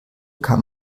kann